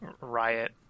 Riot